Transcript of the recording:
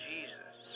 Jesus